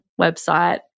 website